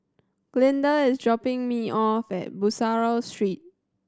Glinda is dropping me off at Bussorah Street